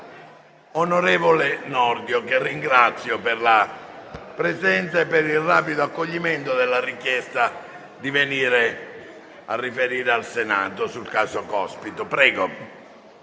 onorevole Nordio, che ringrazio per la presenza e per il rapido accoglimento della richiesta di venire a riferire al Senato sul caso Cospito.